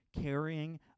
carrying